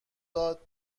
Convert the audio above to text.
داد